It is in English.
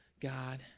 God